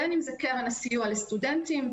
בקרן הסיוע לסטודנטים,